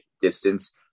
distance